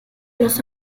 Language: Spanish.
los